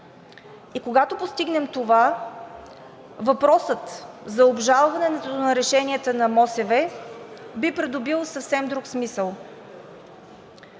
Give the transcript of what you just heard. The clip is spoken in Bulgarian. И когато постигнем това, въпросът за обжалването на решенията на МОСВ би придобил съвсем друг смисъл.